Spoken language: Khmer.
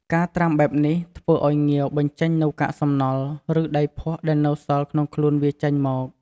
ការត្រាំបែបនេះ ធ្វើឱ្យងាវបញ្ចេញនូវកាកសំណល់ ឬដីភក់ដែលនៅសល់ក្នុងខ្លួនវាចេញមក។